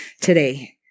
Today